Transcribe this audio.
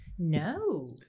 No